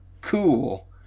cool